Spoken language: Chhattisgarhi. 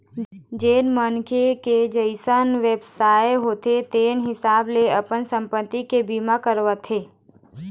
जेन मनखे के जइसन बेवसाय होथे तेन हिसाब ले अपन संपत्ति के बीमा करवाथे